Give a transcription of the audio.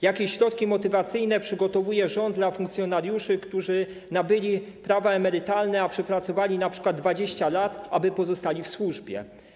Jakie środki motywacyjne przygotowuje rząd dla funkcjonariuszy, którzy nabyli prawa emerytalne, a przepracowali np. 20 lat, aby pozostali w służbie?